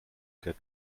get